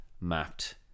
mapped